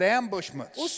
ambushments